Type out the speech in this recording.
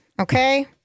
Okay